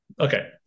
okay